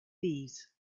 thieves